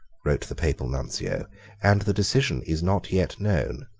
wrote the papal nuncio and the decision is not yet known.